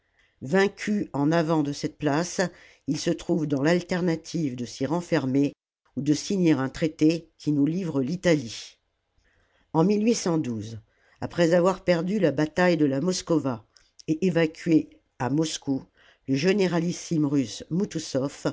vaincu en avant de cette place il se trouve dans l'alternative de s'y renfermer ou de signer un traité qui nous livre l talie n après avoir perdu la bataille de la moskowa et évacué à moscou le généralissime russe mutusoff